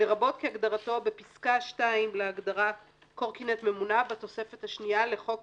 לרבות כהגדרתו בפסקה (2) להגדרת קורקינט ממונע בתוספת השנייה לחוק